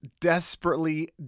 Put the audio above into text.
desperately